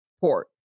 port